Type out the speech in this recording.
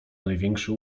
największą